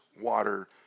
water